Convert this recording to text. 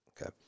Okay